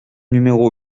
numéro